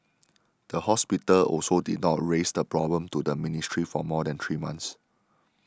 the hospital also did not raise the problem to the ministry for more than three months